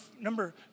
number